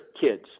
kids